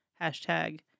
Hashtag